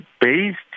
based